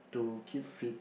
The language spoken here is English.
to keep fit